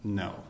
no